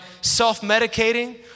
self-medicating